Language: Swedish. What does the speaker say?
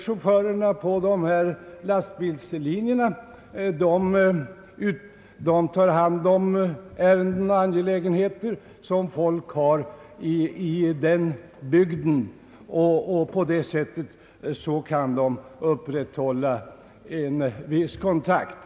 Chaufförerna på dessa lastbilslinjer har hand om ärenden och angelägenheter åt folk i bygden, och på det sättet kan människorna där upprätthålla en viss kontakt.